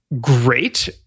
great